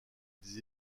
des